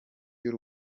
y’u